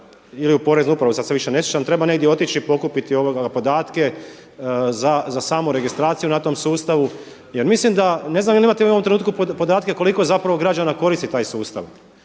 ili u Poreznu upravu sada se više ne sjećam, treba negdje otići i pokupiti podatke za samu registraciju na tom sustavu jer mislim ne znam jeli vi u ovom trenutku imate podatke koliko građana koristi taj sustav,